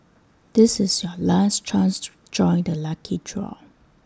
this is your last chance to join the lucky draw